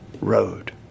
road